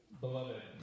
Beloved